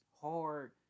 hard